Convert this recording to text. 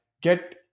get